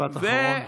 משפט אחרון.